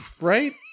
right